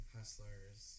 Hustlers